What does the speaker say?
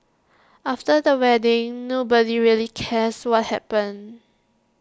after the wedding nobody really cares what happened